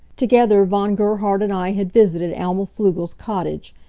together von gerhard and i had visited alma pflugel's cottage,